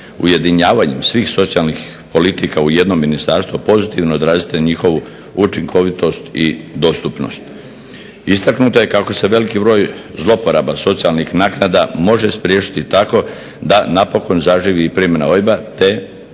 ujedinjavanjem svih socijalnih politika u jedno ministarstvo pozitivno odraziti na njihovu učinkovitost i dostupnost. Istaknuto je kako se veliki broj zloporaba socijalnih naknada može spriječiti tako da napokon zaživi primjena OIB-a te naglašeno